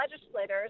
legislators